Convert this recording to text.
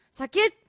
sakit